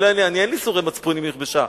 אני, אין לי ייסורי מצפון אם היא נכבשה.